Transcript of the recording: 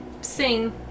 sing